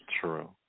True